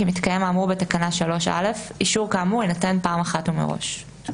מתקיים האמור בתקנה 3(א); אישור כאמור יינתן פעם אחת ומראש.